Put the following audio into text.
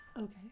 Okay